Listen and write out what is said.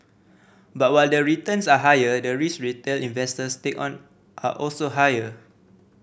but while the returns are higher the risk retail investors take on are also higher